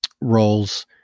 roles